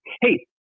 Hey